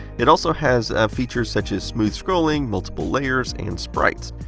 it also has features such as smooth scrolling, multiple layers, and sprites.